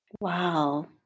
wow